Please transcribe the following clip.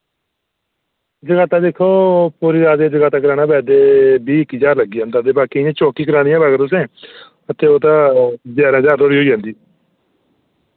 जगराता दिक्खो पूरी रात जगराता जे जगराता कराना होऐ ते बीह् इक्की ज्हार लग्गी जंदा ते बाकी इयां चौकी करानी होऐ अगर तुसें ते ओह्दा ग्यारां ज्हार धोड़ी होई जंदी